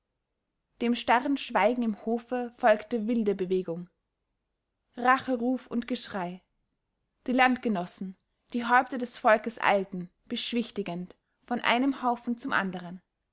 dem starren schweigen im hofe folgte wilde bewegung racheruf und geschrei die landgenossen die häupter des volkes eilten beschwichtigend von einem haufen zum anderen